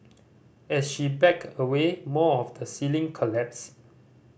as she backed away more of the ceiling collapsed